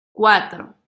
cuatro